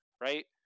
right